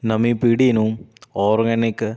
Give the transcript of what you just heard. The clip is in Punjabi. ਨਵੀਂ ਪੀੜ੍ਹੀ ਨੂੰ ਔਰਗੈਨਿਕ